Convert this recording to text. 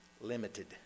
limited